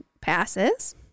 passes